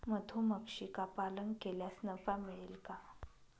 मधुमक्षिका पालन केल्यास नफा मिळेल का?